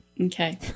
Okay